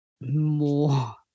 more